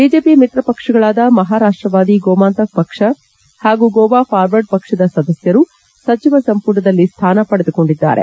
BJP ಮಿತ್ರಪಕ್ಷಗಳಾದ ಮಹಾರಾಷ್ಷವಾದಿ ಗೋಮಾಂತಕ್ ಪಕ್ಷ ಹಾಗೂ ಗೋವಾ ಫಾರ್ವರ್ಡ್ ಪಕ್ಷದ ಸದಸ್ಖರು ಸಚಿವ ಸಂಪುಟದಲ್ಲಿ ಸ್ಥಾನ ಪಡೆದುಕೊಂಡಿದ್ದಾರೆ